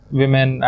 women